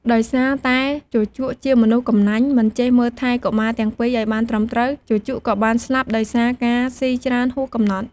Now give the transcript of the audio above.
ដោយសារតែជូជកជាមនុស្សកំណាញ់ មិនចេះមើលថែកុមារទាំងពីរឱ្យបានត្រឹមត្រូវ ជូជកក៏បានស្លាប់ដោយសារការស៊ីច្រើនហួសកំណត់។